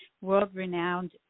world-renowned